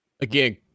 Again